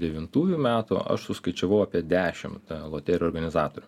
devintųjų metų aš suskaičiavau apie dešimt loterijų organizatorių